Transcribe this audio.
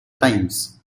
times